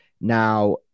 Now